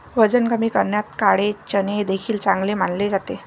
वजन कमी करण्यात काळे चणे देखील चांगले मानले जाते